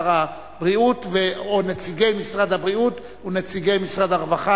שר הבריאות או נציגי משרד הבריאות ונציגי משרד הרווחה,